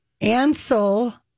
Ansel